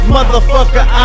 Motherfucker